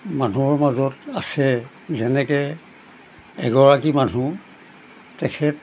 মানুহৰ মাজত আছে যেনেকে এগৰাকী মানুহ তেখেত